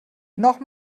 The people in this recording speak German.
noch